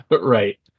Right